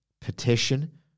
petition